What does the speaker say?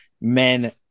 men